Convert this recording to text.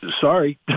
sorry